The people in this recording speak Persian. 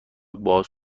باز